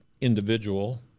individual